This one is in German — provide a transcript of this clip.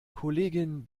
kollegin